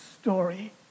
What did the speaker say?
story